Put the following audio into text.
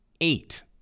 eight